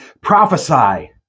Prophesy